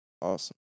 Awesome